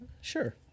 sure